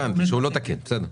הבנתי, שהוא לא תקין - בסדר.